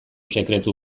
sekretu